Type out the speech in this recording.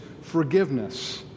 forgiveness